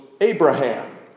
Abraham